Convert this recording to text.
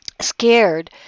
scared